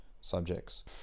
subjects